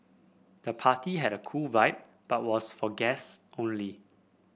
the party had a cool vibe but was for guests only